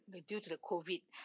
due to the COVID